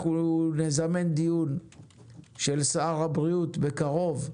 אנחנו נזמן דיון של שר הבריאות בקרוב,